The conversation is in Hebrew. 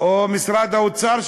או משרד האוצר,